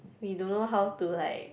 we don't know how to like